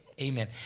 Amen